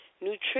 nutrition